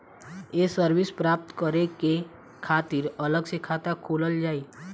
ये सर्विस प्राप्त करे के खातिर अलग से खाता खोलल जाइ?